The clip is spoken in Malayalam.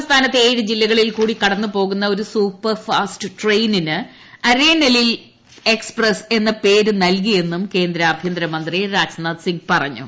സംസ്ഥാനത്തെ ഏഴ് ജില്ലകളിൽ കൂടി കടന്നൂപോകുന്ന ഒരു സൂപ്പർ ഫാസ്റ്റ് ട്രെയിനിന് അരേണൽ എക്സ്പ്രസ് എന്ന പേര് നൽകിയെന്നും കേന്ദ്ര ആഭ്യന്തരമന്ത്രി രാജ്നാഥ് സിംഗ് പറഞ്ഞു